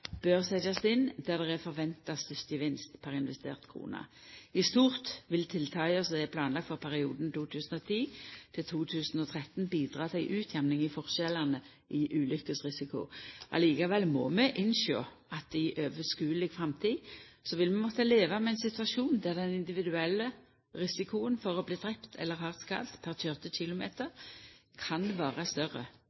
bør setjast inn der det er forventa størst gevinst per investerte krone. I stort vil tiltaka som er planlagde for perioden 2010–2013, bidra til ei utjamning i forskjellane i ulukkesrisiko. Likevel må vi innsjå at i oversynleg framtid vil vi måtta leva med ein situasjon der den individuelle risikoen for å bli drepen eller hardt skadd per køyrde km,